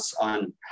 on